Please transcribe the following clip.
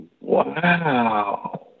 wow